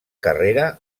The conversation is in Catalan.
carrera